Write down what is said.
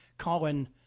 Colin